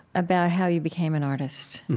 about how you became an artist.